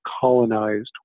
colonized